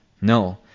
No